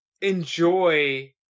enjoy